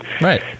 Right